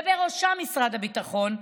ובראשם משרד הביטחון,